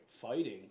fighting